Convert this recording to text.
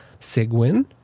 SigWin